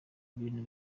ibintu